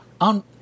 On